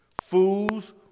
fools